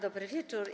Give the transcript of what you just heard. Dobry wieczór.